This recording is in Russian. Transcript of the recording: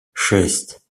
шесть